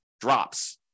drops